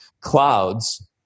clouds